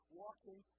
walking